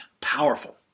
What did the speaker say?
powerful